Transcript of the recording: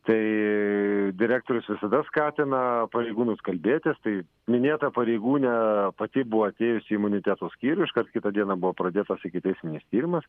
tai direktorius visada skatina pareigūnus kalbėtis tai minėta pareigūnė pati buvo atėjusi į imuniteto skyrių iškart kitą dieną buvo pradėtas ikiteisminis tyrimas